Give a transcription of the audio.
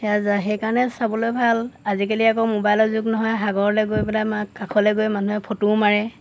সেয়া যায় সেইকাৰণে চাবলৈ ভাল আজিকালি আকৌ ম'বাইলৰ যুগ নহয় সাগৰলৈ গৈ পেলাই কাষলৈ গৈ মানুহে ফটোও মাৰে